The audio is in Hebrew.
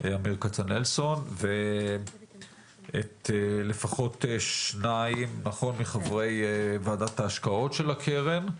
אמיר כצנלסון ולפחות שניים מחברי ועדת ההשקעות של הקרן,